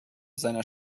seiner